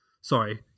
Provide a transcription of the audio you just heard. sorry